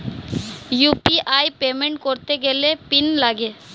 UPI payment করতে গেলে PIN লাগে